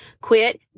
Quit